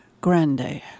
Grande